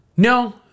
No